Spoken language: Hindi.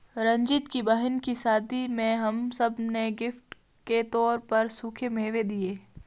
रंजीत की बहन की शादी में हम सब ने गिफ्ट के तौर पर सूखे मेवे दिए